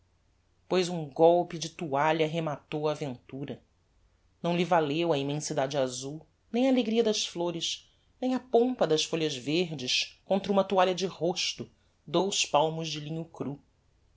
pois um golpe de toalha rematou a aventura não lhe valeu a immensidade azul nem a alegria das flores nem a pompa das folhas verdes contra uma toalha de rosto dous palmos de linho crú